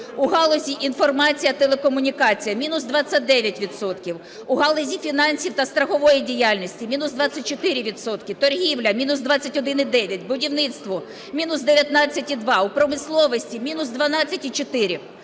У галузі інформації, телекомунікації – мінус 29 відсотків, у галузі фінансів та страхової діяльності – мінус 24 відсотки, торгівля – мінус 21,9, будівництво – мінус 19,2, у промисловості – мінус 12,4.